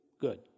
good